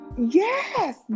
Yes